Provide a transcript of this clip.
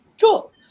Cool